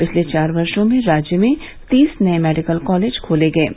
पिछले चार वर्षो में राज्य में तीस नए मेडिकल कॉलेज खोले गए हैं